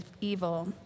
evil